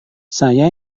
saya